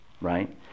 Right